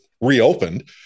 reopened